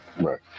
right